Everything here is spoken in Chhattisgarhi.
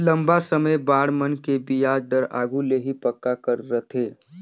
लंबा समे बांड मन के बियाज दर आघु ले ही पक्का कर रथें